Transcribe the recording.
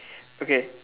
okay